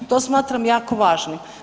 To smatram jako važnim.